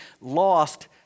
lost